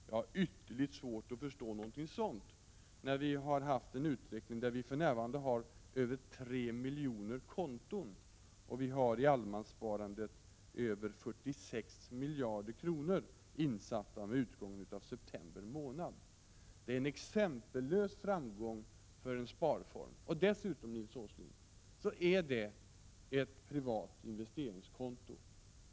Jag har ytterligt svårt att förstå det, när det skett en utveckling som lett till att vi för närvarande har över tre miljoner konton. Vid utgången av september månad hade vi över 46 miljarder kronor insatta på allemanssparandet. Det är en exempellös framgång för en sparform. Dessutom, Nils Åsling, är det ett privat investeringskonto.